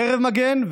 חרב מגן,